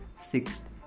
Sixth